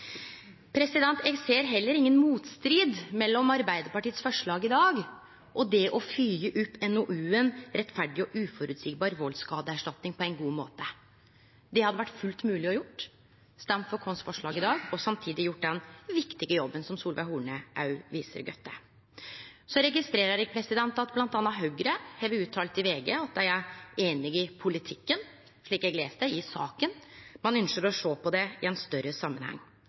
Eg ser heller ingen motstrid mellom Arbeidarpartiets forslag i dag og det å følgje opp NOU-en Rettferdig og forutsigbar – voldsskadeerstatning på ein god måte. Det hadde det vore fullt mogleg å gjere, ved å stemme for forslaget vårt i dag og samtidig gjere den viktige jobben som Solveig Horne viste godt til. Eg registrerer at bl.a. Høgre har uttala i VG at dei er einige i politikken i saka, slik eg les det, men ønskjer å sjå på det i ein større samanheng.